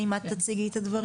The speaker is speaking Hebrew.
האם את תציגי את הדברים?